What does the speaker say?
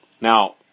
Now